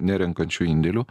nerenkančiu indėlių